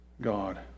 God